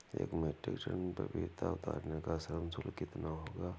एक metric tonne पपीता उतारने का श्रम शुल्क कितना होगा?